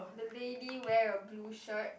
the lady wear a blue shirt